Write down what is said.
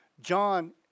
John